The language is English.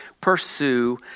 pursue